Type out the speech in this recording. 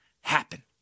happen